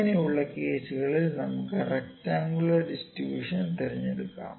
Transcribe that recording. ഇങ്ങിനെ ഉള്ള കേസുകളിൽ നമുക്കു റെക്ടറാങ്കുലർ ഡിസ്ട്രിബൂഷൻ തിരഞ്ഞെടുക്കാം